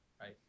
right